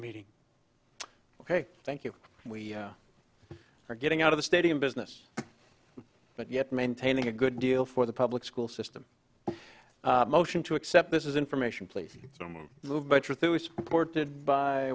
meeting ok thank you we are getting out of the stadium business but yet maintaining a good deal for the public school system motion to accept this is information please